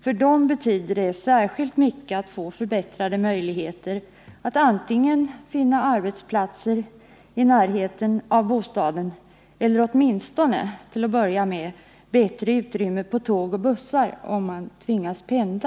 För dem betyder det särskilt mycket att få förbättrade möjligheter till ett arbete i närheten av bostaden eller åtminstone, till att börja med, bättre utrymme på tåg och bussar, om de tvingas pendla.